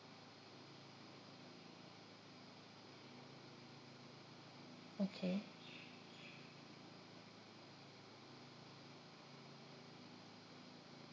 okay